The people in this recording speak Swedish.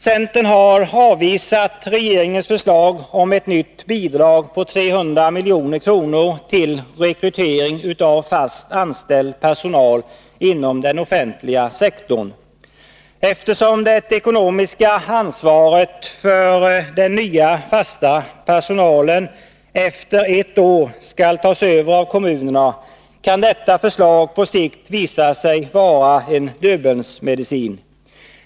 Centern har avvisat regeringens förslag om ett nytt bidrag på 300 milj.kr. till rekrytering av fast anställd personal inom den offentliga sektorn. Eftersom det ekonomiska ansvaret för den nya fasta personalen efter ett år skall tas över av kommunerna, kan detta förslag på sikt visa sig vara en Döbelnsmedicin.